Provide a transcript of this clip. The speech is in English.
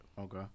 Okay